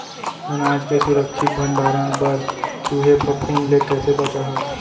अनाज के सुरक्षित भण्डारण बर चूहे, फफूंद ले कैसे बचाहा?